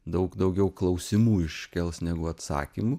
daug daugiau klausimų iškels negu atsakymų